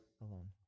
alone